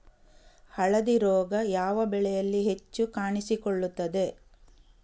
ಹಳದಿ ರೋಗ ಯಾವ ಬೆಳೆಯಲ್ಲಿ ಹೆಚ್ಚು ಕಾಣಿಸಿಕೊಳ್ಳುತ್ತದೆ?